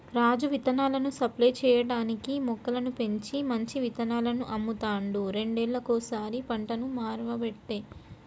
రాజు విత్తనాలను సప్లై చేయటానికీ మొక్కలను పెంచి మంచి విత్తనాలను అమ్ముతాండు రెండేళ్లకోసారి పంటను మార్వబట్టే